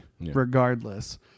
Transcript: regardless